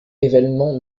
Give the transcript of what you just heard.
événement